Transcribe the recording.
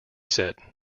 said